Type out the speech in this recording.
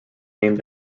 named